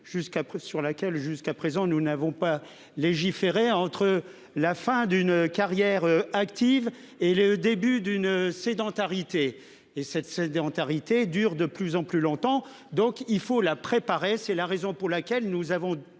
sur laquelle jusqu'à présent nous n'avons pas légiférer entre la fin d'une carrière active et le début d'une sédentarité et cette sédentarité dure de plus en plus longtemps, donc il faut la préparer. C'est la raison pour laquelle nous avons